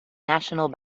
national